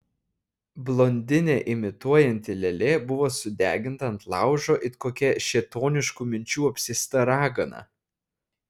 blondinę imituojanti lėlė buvo sudeginta ant laužo it kokia šėtoniškų minčių apsėsta ragana